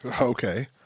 Okay